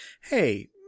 hey